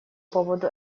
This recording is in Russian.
поводу